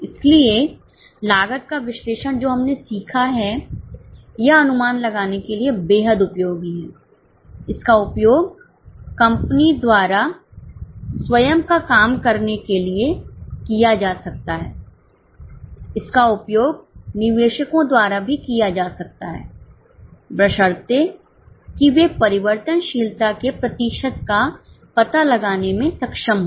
इसलिए लागत का विश्लेषण जो हमने सीखा है यह अनुमान लगाने के लिए बेहद उपयोगी है इसका उपयोग कंपनी द्वारा स्वयं का काम करने के लिए किया जा सकता है इसका उपयोग निवेशकों द्वारा भी किया जा सकता है बशर्ते कि वे परिवर्तनशीलता के प्रतिशत का पता लगाने में सक्षम हों